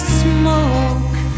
smoke